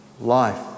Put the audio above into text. life